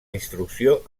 instrucció